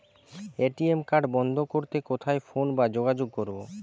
ATM card বন্ধ করতে কোথায় ফোন বা যোগাযোগ করব?